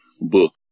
book